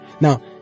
now